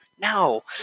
No